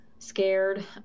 scared